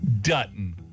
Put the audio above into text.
Dutton